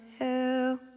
hell